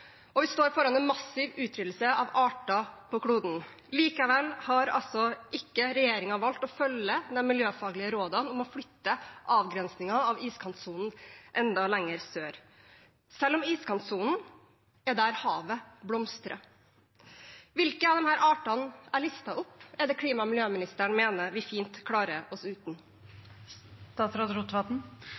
og vi står foran en massiv utryddelse av arter på kloden. Likevel har altså ikke regjeringen valgt å følge de miljøfaglige rådene om å flytte avgrensingen av iskantsonen enda lenger sør, selv om iskantsonen er der havet blomstrer. Hvilke av disse artene jeg listet opp, er det klima- og miljøministeren mener vi fint klarer oss